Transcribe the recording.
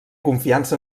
confiança